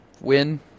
Win